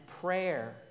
prayer